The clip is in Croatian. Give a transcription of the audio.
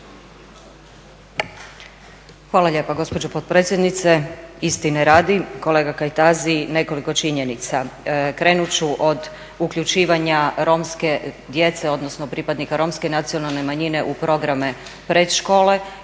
Hvala lijepa gospođo potpredsjednice. Istine radi kolega Kajtazi nekoliko činjenica. Krenut ću od uključivanja romske djece odnosno pripadnika romske nacionalne manjine u programe predškole.